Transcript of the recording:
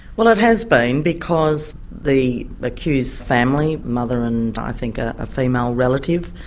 well it has been because the accused's family, mother and i think a female relative,